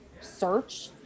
search